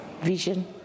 vision